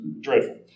dreadful